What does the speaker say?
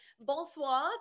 bonsoir